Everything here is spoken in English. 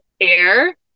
air